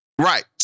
Right